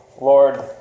Lord